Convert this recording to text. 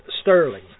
Sterling